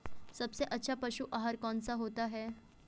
सबसे अच्छा पशु आहार कौन सा होता है?